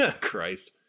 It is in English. Christ